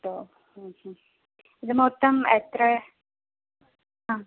ഉം ഉം ഇത് മൊത്തം എത്രെയാ